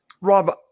Rob